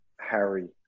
Harry